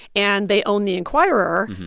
and they own the enquirer,